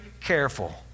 careful